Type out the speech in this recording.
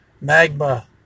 magma